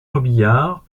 robiliard